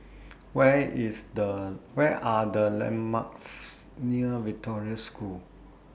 Where IS The Where Are The landmarks near Victoria School